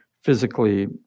physically